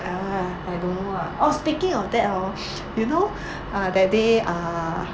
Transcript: ya I don't know lah orh speaking of that hor you know uh that day err